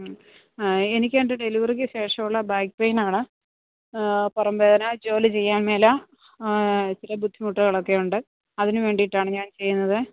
എനിക്ക് എൻ്റെ ഡെലിവറിക്ക് ശേഷമുള്ള ബാക്ക് പെയിൻ ആണ് പുറം വേദന ജോലി ചെയ്യാൻ മേല ചില ബുദ്ധിമുട്ടുകളൊക്കെയുണ്ട് അതിനു വേണ്ടിയിട്ടാണ് ഞാൻ ചെയ്യുന്നതേ